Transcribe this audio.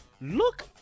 look